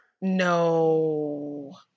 no